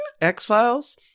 x-files